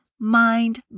Mind